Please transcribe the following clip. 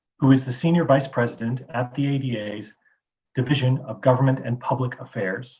who is the senior vice president at the the ada's division of government and public affairs